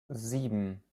sieben